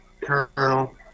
Colonel